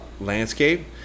landscape